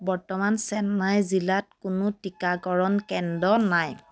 বৰ্তমান চেন্নাই জিলাত কোনো টিকাকৰণ কেন্দ্ৰ নাই